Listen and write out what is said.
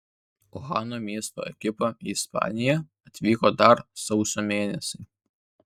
uhano miesto ekipa į ispaniją atvyko dar sausio mėnesį